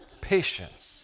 Patience